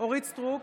אורית מלכה סטרוק,